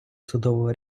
судового